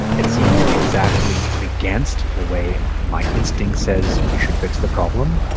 it seems exactly against the way my instinct says we should fix the problem.